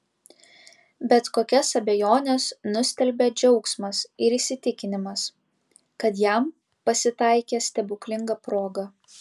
bet kokias abejones nustelbia džiaugsmas ir įsitikinimas kad jam pasitaikė stebuklinga proga